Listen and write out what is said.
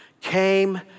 came